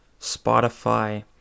Spotify